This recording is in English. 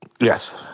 Yes